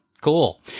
Cool